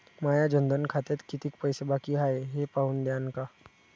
माया जनधन खात्यात कितीक पैसे बाकी हाय हे पाहून द्यान का?